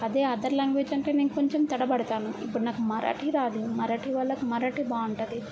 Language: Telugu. అదే అథర్ లాంగ్వేజ్ అంటే నేను కొంచెం తడపడతాను ఇప్పుడు నాకు మరాఠీ రాదు మరాఠీ వాళ్ళకి మరాటి బాగుంటుంది